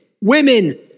women